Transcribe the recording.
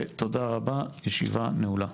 תודה רבה, הישיבה נעולה.